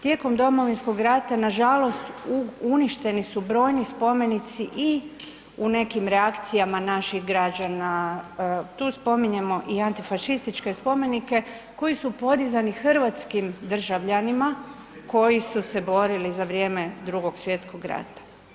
Tijekom Domovinskog rata nažalost uništeni su brojni spomenici i u nekim reakcijama naših građana, tu spominjemo i antifašističke spomenike koji su podizani hrvatskim državljanima koji su se borili za vrijeme Drugog svjetskog rata.